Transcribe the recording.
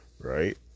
right